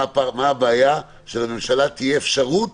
מה הבעיה שלממשלה תהיה אפשרות